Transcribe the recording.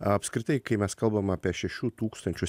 apskritai kai mes kalbam apie šešių tūkstančių